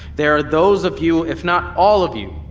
there are those of you, if not all of you,